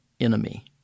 enemy